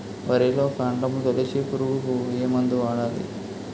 వరిలో కాండము తొలిచే పురుగుకు ఏ మందు వాడాలి?